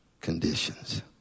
conditions